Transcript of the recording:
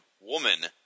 woman